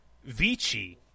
Vici